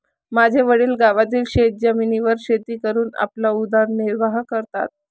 माझे वडील गावातील शेतजमिनीवर शेती करून आपला उदरनिर्वाह करतात